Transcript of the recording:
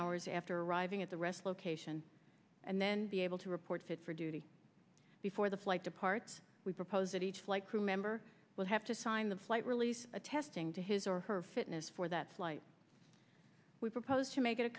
hours after arriving at the rest location and then be able to report fit for duty before the flight departs we propose that each flight crew member will have to sign the flight release attesting to his or her fitness for that flight we propose to make it a